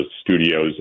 studios